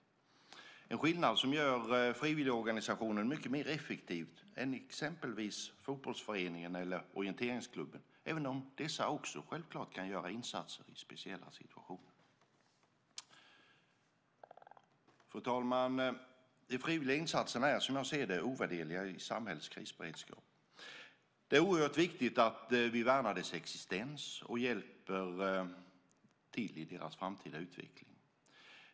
Det är något som frivilligorganisationen gör mycket effektivare än exempelvis fotbollsföreningen eller orienteringsklubben, även om dessa självklart också kan göra insatser i speciella situationer. Fru talman! De frivilliga insatserna är, som jag ser det, ovärderliga i samhällets krisberedskap. Det är oerhört viktigt att vi värnar deras existens och hjälper till i deras framtida utveckling.